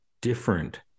different